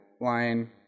line